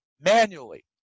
manually